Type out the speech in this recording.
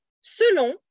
selon